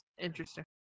interesting